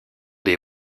des